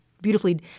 beautifully